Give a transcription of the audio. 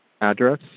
address